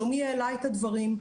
שלומי העלה את הדברים.